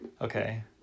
Okay